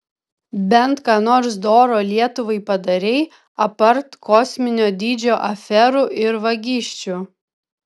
bent ką nors doro lietuvai padarei apart kosminio dydžio aferų ir vagysčių